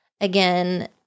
Again